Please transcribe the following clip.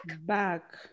back